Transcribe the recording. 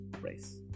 race